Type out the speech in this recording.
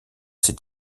ces